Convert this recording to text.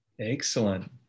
Excellent